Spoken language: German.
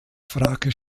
frage